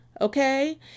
Okay